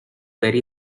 very